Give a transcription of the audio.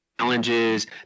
challenges